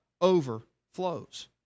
overflows